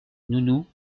nounou